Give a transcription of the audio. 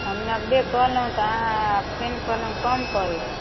हम नब्बे कहलहुँ तऽ अहाँ फेर कहलहुँ कम करै